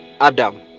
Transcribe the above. Adam